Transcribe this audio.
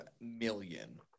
million